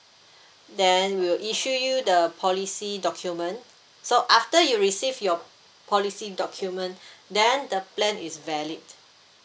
then we'll issue you the policy document so after you receive your policy document then the plan is valid